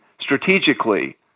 strategically